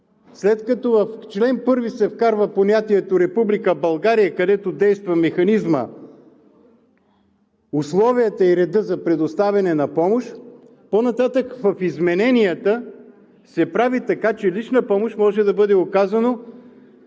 след като в чл. 1 се вкарва понятието „Република България“, където действа механизмът, условията и редът за предоставяне на помощ, по-нататък в измененията се прави така, че лична помощ може да бъде оказана